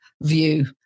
view